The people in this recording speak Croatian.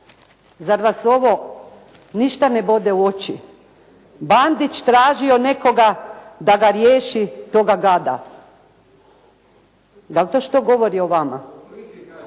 Zar vas ovo ništa ne bode u oči? Bandić tražio nekoga da ga riješi toga gada. Dal' to što govori o vama?